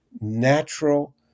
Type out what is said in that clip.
natural